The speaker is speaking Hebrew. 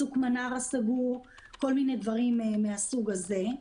צוק מנרה סגור וכל מיני דברים מהסוג הזה.